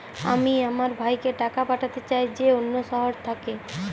আমি আমার ভাইকে টাকা পাঠাতে চাই যে অন্য শহরে থাকে